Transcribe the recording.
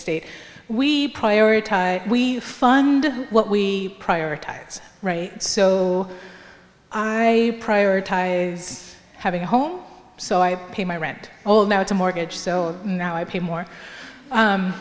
state we prioritize we fund what we prioritize right so i prioritize having a home so i pay my rent all now it's a mortgage so now i pay more